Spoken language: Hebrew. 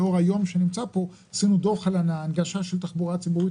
על התחבורה הציבורית